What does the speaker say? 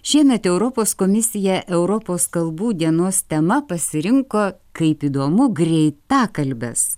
šiemet europos komisija europos kalbų dienos tema pasirinko kaip įdomu greitakalbes